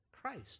Christ